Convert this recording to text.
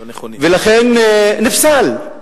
ולכן הוא נפסל,